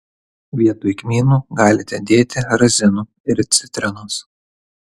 vietoj kmynų galite dėti razinų ir citrinos